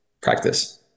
practice